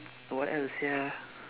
what else sia